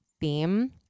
theme